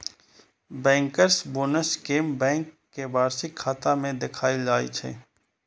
bankers bonus कें bank के वार्षिक खाता मे देखाएल जाइ छै